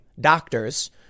doctors